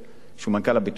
שהוא מנכ"ל הביטוח הלאומי,